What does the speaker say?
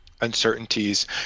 uncertainties